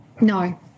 No